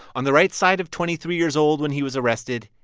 on the right side of twenty three years old when he was arrested.